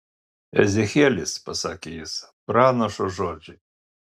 ezechielis pasakė jis pranašo žodžiai